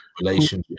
relationship